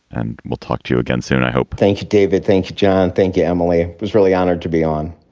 and we'll talk to you again soon, i hope thank you. david. thank you, john. thank you. emily was really honored to be on